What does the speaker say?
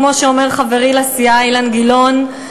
כמו שאומר חברי לסיעה אילן גילאון,